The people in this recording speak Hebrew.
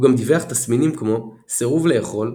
הוא גם דיווח גם תסמינים כמו סירוב לאכול,